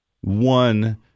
one